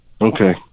Okay